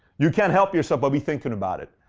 you can't help yourself but be thinking about it.